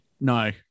No